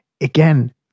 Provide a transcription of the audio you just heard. Again